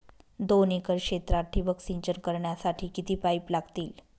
दोन एकर क्षेत्रात ठिबक सिंचन करण्यासाठी किती पाईप लागतील?